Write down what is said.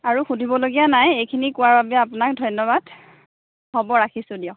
আৰু সুধিবলগীয়া নাই এইখিনি কোৱাৰ বাবে আপোনাক ধন্যবাদ হ'ব ৰাখিছোঁ দিয়ক